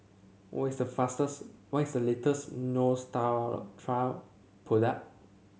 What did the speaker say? what is the fastest what is the latest Neostrata product